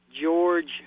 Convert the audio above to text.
George